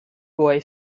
boy